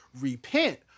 repent